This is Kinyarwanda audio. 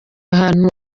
ahantu